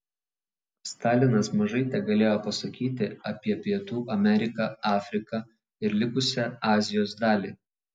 stalinas mažai tegalėjo pasakyti apie pietų ameriką afriką ir likusią azijos dalį